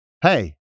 Hey